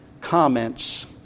comments